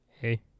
hey